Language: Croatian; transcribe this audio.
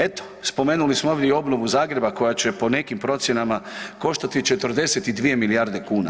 Eto spomenuli smo ovdje i obnovu Zagreba koja će po nekim procjenama koštati 42 milijarde kuna.